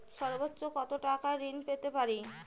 সর্বোচ্চ কত টাকা ঋণ পেতে পারি?